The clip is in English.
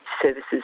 services